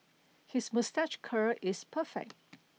his moustache curl is perfect